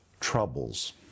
Troubles